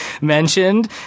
mentioned